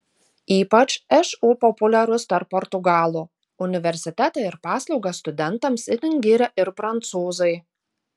ypač šu populiarus tarp portugalų universitetą ir paslaugas studentams itin giria ir prancūzai